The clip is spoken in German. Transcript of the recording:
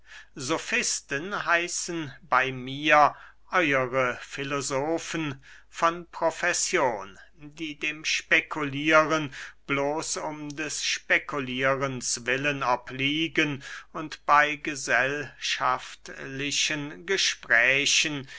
sofisten heißen bey mir euere filosofen von profession die dem spekulieren bloß um des spekulierens willen obliegen und bey gesellschaftlichen gesprächen